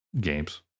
games